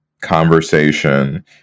conversation